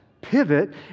pivot